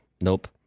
nope